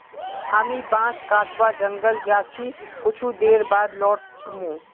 हामी बांस कटवा जंगल जा छि कुछू देर बाद लौट मु